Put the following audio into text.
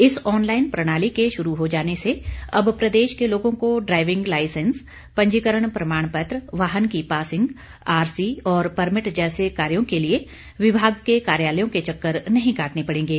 इस ऑनलाईन प्रणाली के शुरू हो जाने से अब प्रदेश के लोगों को ड्राइविंग लाइसेंस पंजीकरण प्रणाम पत्र वाहन की पासिंग आरसी और परमिट जैसे कार्यो के लिए विभाग के कार्यालयों के चक्कर नहीं काटने पड़ेंगे